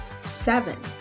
seven